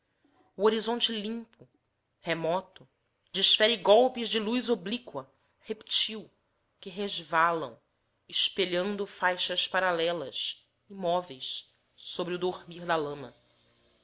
o horizonte limpo remato desfere golpes de luz oblíqua reptil que resvalam espelhando faixas paralelas imóveis sobre o dormir da lama